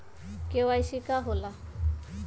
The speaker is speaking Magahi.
के.वाई.सी का होला?